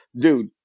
Dude